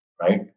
right